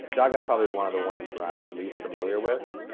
chaga is probably one of the ones that i'm least familiar with.